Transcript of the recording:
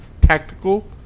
tactical